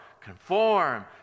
conform